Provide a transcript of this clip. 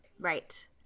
Right